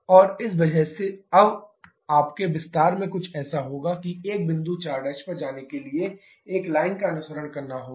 और इस वजह से अब आपके विस्तार में कुछ ऐसा होगा कि एक बिंदु 4' पर जाने के लिए एक लाइन का अनुसरण करना पड़ेगा